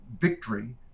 victory